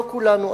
לא כולנו,